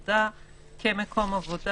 לעשות אכיפה.